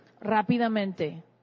Rápidamente